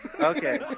Okay